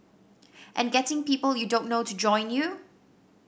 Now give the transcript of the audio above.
and getting people you don't know to join you